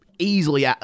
Easily